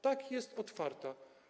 Tak, jest otwarta.